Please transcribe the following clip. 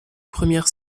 première